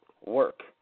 work